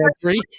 three